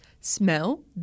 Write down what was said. smell